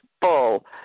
full